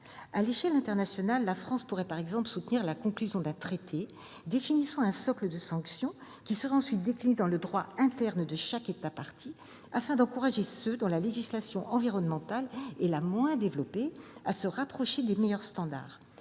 À l'échelle internationale, la France pourrait par exemple oeuvrer en faveur de la conclusion d'un traité définissant un socle de sanctions, lesquelles seraient ensuite déclinées dans le droit interne de chaque État partie, afin d'encourager ceux dont la législation environnementale est la moins développée à se rapprocher des meilleurs standards.